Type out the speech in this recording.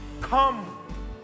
Come